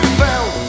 fell